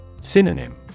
Synonym